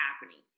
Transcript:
happening